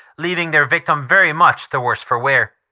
leaving their victim very much the worse for wear.